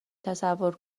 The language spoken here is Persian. تصور